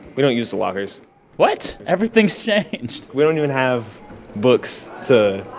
we don't use the lockers what? everything's changed we don't even have books to,